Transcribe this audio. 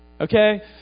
Okay